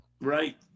right